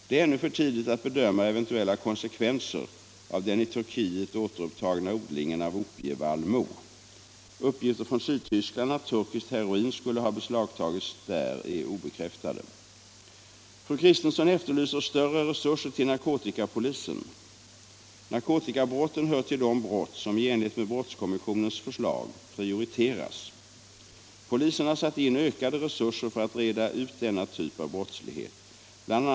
Det är ännu för tidigt att bedöma eventuella konsekvenser av den i Turkiet återupptagna odlingen av opiumvallmo. Uppgifter från Sydtyskland att turkiskt heroin skulle ha beslagtagits där är obekräftade. Fru Kristensson efterlyser större resurser till narkotikapolisen. Narkotikabrotten hör till de brott som — i enlighet med brottskommissionens förslag — prioriteras. Polisen har satt in ökade resurser för att reda ut denna typ av brottslighet. Bl.